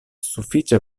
sufiĉe